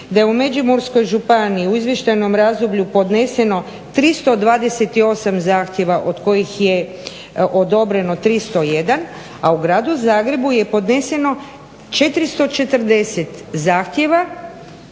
da je u Međimurskoj županiji u izvještajnom razdoblju podneseno 328 zahtjeva od kojih je odobreno 301, a u Gradu Zagrebu je podneseno 440 zahtjeva